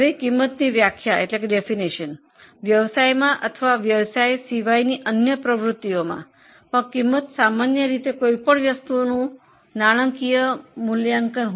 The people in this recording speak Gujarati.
ખર્ચની વ્યાખ્યા વ્યવસાયમાં અથવા વ્યવસાય સિવાયની અન્ય પ્રવૃત્તિઓમાં ખર્ચ સામાન્ય રીતે કોઈ પણ વસ્તુનું નાણાકીય મૂલ્યાંકન હોય છે